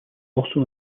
also